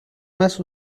más